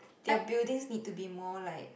their buildings need to be more like